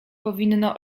powinno